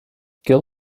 girl